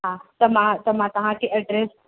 हा त मां त मां तव्हांखे एड्रेस